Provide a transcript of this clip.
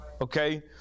Okay